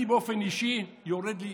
אני, באופן אישי, יורד לי